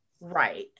right